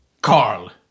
Carl